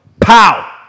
Pow